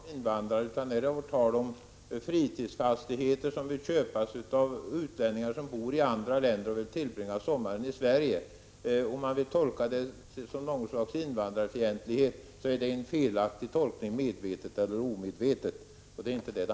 Fru talman! Vräng inte till det mer än nödvändigt, Lennart Andersson! Det var inte tal om invandrare, utan här gäller det att utlänningar som bor i andra länder och vill tillbringa sommaren i Sverige vill köpa fritidshus här. Om man vill tolka min inställning som något slags invandrarfientlighet är det en felaktig tolkning — medvetet eller omedvetet. Det handlar inte om det.